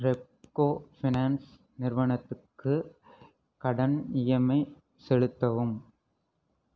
Repco finance நிறுவனத்துக்கு கடன் EMI செலுத்தவும்